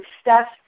steps